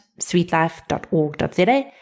sweetlife.org.za